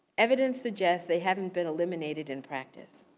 evidence suggests they hadn't been eliminated in practice.